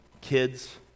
kids